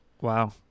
Wow